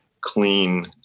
clean